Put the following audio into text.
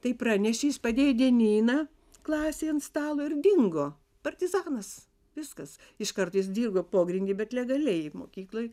tai pranešė jis padėjo dienyną klasei ant stalo ir dingo partizanas viskas iškart jis dirbo pogrindy bet legaliai mokykloj